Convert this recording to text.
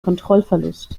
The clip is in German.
kontrollverlust